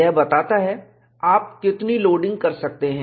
यह बताता है आप कितनी लोडिंग कर सकते हैं